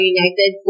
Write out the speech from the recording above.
United